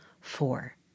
four